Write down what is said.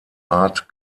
art